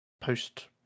post